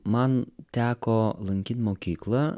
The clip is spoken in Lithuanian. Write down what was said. man teko lankyt mokyklą